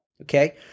Okay